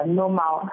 normal